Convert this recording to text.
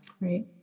Right